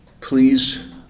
please